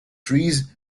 trees